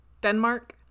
Denmark